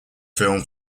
film